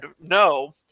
no